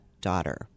daughter